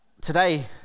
today